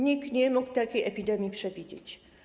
Nikt nie mógł takiej epidemii przewidzieć.